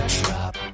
drop